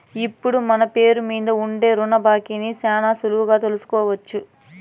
ఇప్పుడు మన పేరు మీద ఉండే రుణ బాకీని శానా సులువుగా తెలుసుకోవచ్చు